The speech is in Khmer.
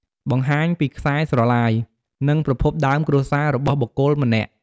បង្ហាញពី ខ្សែស្រឡាយ និង ប្រភពដើមគ្រួសារ របស់បុគ្គលម្នាក់។